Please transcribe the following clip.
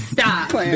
Stop